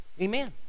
Amen